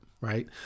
right